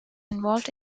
involved